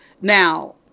Now